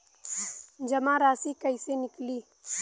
जमा राशि कइसे निकली?